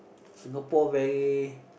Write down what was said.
Singapore very